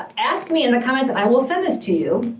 ask me in the comments and i will send this to you,